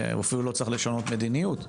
אפילו לא צריך לשנות מדיניות.